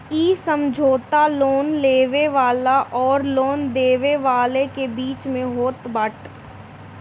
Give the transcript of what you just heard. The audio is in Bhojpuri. इ समझौता लोन लेवे वाला अउरी लोन देवे वाला के बीच में होत बाटे